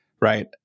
right